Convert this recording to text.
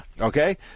okay